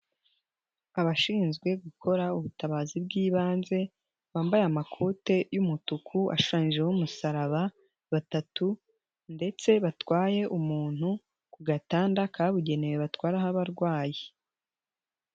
Abashinzwe gukora ubutabazi bw'ibanze bambaye amakote y'umutuku, ashushanyijeho umusaraba batatu ndetse batwaye umuntu ku gatanda kabugenewe batwaraho abarwayi.